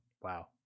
Wow